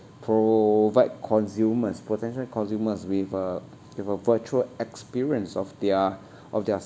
provide consumers potential consumers with a with a virtual experience of their of their